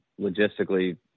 logistically